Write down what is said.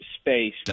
space